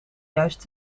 juist